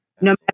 no